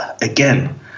again